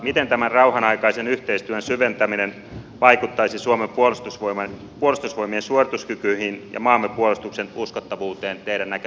miten tämän rauhanaikaisen yhteistyön syventäminen vaikuttaisi suomen puolustusvoimien suorituskykyihin ja maamme puolustuksen uskottavuuteen teidän näkemyksenne mukaan